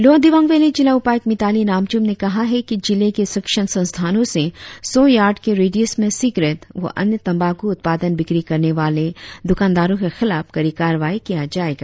lower Dibang valley जिला उपायुक्त मिताली नामचुम ने कहा कि जिले के शिक्षण संस्थानों से सौ यार्ड के रेडियस में सिगरेट व अन्य तंबाकू उत्पादन बिक्री करने वाले द्रकानदारों के खिलाफ कड़ी कार्रवाई किया जाएगा